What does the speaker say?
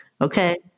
Okay